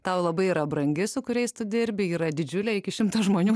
tau labai yra brangi su kuriais tu dirbi yra didžiulė iki šimto žmonių